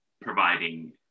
providing